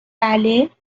بله